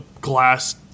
glass